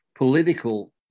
political